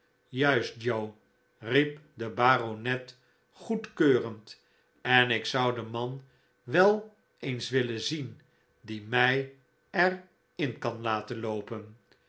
uist joe riep de baronet goedkeurend en ik zou den man wel eens willen zien die mij er in kan laten loopen